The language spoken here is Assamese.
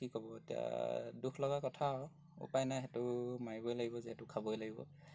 কি ক'ব এতিয়া দুখ লগা কথা উপায় নাই সেইটো মাৰিবই লাগিব যিহেতু খাবই লাগিব